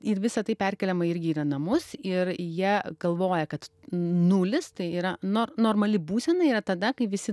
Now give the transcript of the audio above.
ir visa tai perkeliama irgi namus ir jie galvoja kad nulis tai yra no normali būsena yra tada kai visi